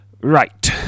Right